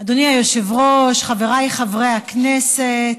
אדוני היושב-ראש, חבריי חברי הכנסת,